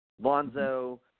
Lonzo